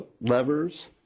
levers